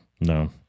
No